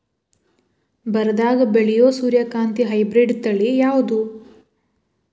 ಬರದಾಗ ಬೆಳೆಯೋ ಸೂರ್ಯಕಾಂತಿ ಹೈಬ್ರಿಡ್ ತಳಿ ಯಾವುದು?